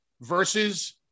versus